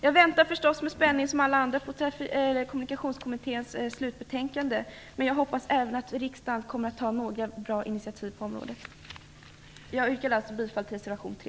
Jag väntar förstås precis som alla andra med spänning på Kommunikationskommitténs slutbetänkande. Jag hoppas också att riksdagen kommer att ta några bra initiativ på det här området. Jag yrkar bifall till reservation 3.